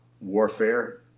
warfare